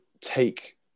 take